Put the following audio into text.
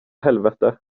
helvete